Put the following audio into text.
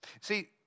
See